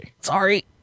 Sorry